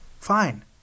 Fine